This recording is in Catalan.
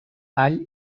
all